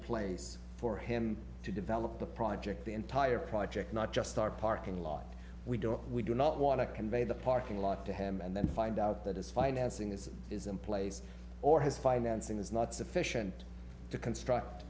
place for him to develop the project the entire project not just our parking lot we don't we do not want to convey the parking lot to him and then find out that his financing is is in place or his financing is not sufficient to construct